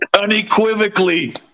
Unequivocally